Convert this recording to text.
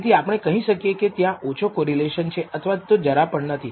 તેથી આપણે કહી શકીએ કે ત્યાં ઓછો કોરિલેશન છે અથવા તો જરા પણ નથી